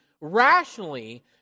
rationally